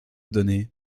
donné